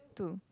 two